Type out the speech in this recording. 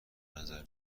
نظر